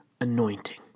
anointing